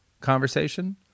conversation